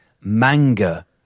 manga